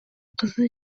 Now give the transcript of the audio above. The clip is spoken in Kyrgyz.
кызы